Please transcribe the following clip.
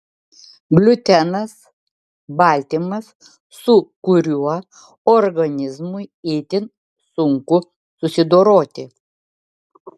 gliutenas baltymas su kuriuo organizmui itin sunku susidoroti